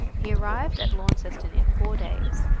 he arrived at launceston in four days,